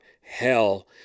hell